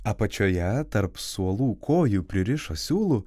apačioje tarp suolų kojų pririšo siūlu